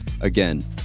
Again